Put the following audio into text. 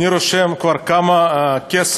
אני רושם כמה כסף